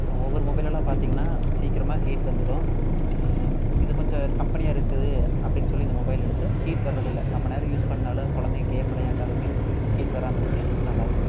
ஒவ்வொரு மொபைல் எல்லாம் பார்த்தீங்கனா சீக்கிரமாக ஹீட் வந்துரும் இது கொஞ்சம் கம்பெனியாக இருக்கு அப்படினு சொல்லி இந்த மொபைல் எடுத்தேன் ஹீட் வரதில்லை ரொம்ப நேரம் யூஸ் பண்ணாலும் குழந்தைங்க கேம் விளையாண்டாலுமே ஹீட் வராமல் இருக்கு நல்லாருக்கு